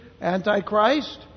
Antichrist